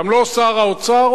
גם לא שר האוצר.